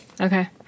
okay